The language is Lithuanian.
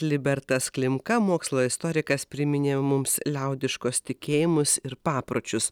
libertas klimka mokslo istorikas priminė mums liaudiškus tikėjimus ir papročius